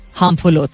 harmful